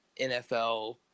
NFL